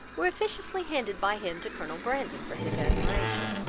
were officiously handed by him to colonel brandon for his admiration.